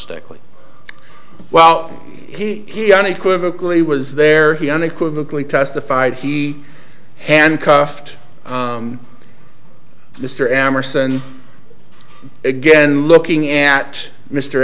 stickley well he unequivocally was there he unequivocally testified he handcuffed mr amberson again looking at mr